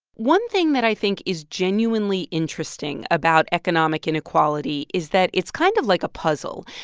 one thing that i think is genuinely interesting about economic inequality is that it's kind of like a puzzle.